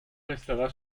restera